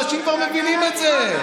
אנשים כבר מבינים את זה.